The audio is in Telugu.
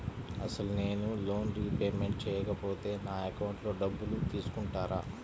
అసలు నేనూ లోన్ రిపేమెంట్ చేయకపోతే నా అకౌంట్లో డబ్బులు తీసుకుంటారా?